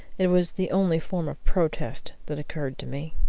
it was the only form of protest that occurred to me.